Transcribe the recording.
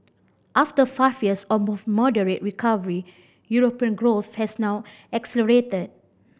after five years of moderate recovery European growth has now accelerated